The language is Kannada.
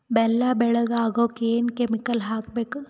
ಬೆಲ್ಲ ಬೆಳಗ ಆಗೋಕ ಏನ್ ಕೆಮಿಕಲ್ ಹಾಕ್ಬೇಕು?